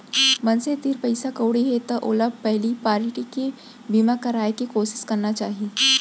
मनसे तीर पइसा कउड़ी हे त ओला पहिली पारटी के बीमा कराय के कोसिस करना चाही